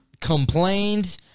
complained